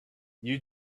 you